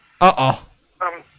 Uh-oh